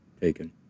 taken